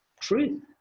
truth